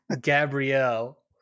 Gabrielle